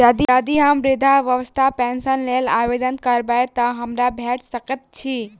यदि हम वृद्धावस्था पेंशनक लेल आवेदन करबै तऽ हमरा भेट सकैत अछि?